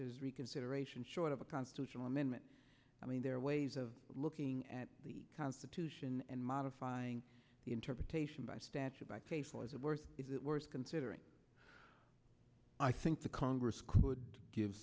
reconsideration short of a constitutional amendment i mean there are ways of looking at the constitution and modifying the interpretation by statute by case was it worth is it worth considering i think the congress could give